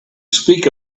speak